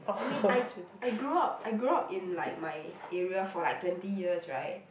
I mean I I grew up I grew up in like my area for like twenty years right